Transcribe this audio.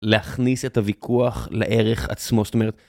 להכניס את הוויכוח לערך עצמו, זאת אומרת...